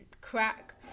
crack